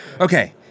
Okay